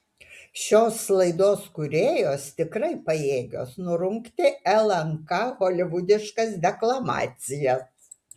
šios laidos kūrėjos tikrai pajėgios nurungti lnk holivudiškas deklamacijas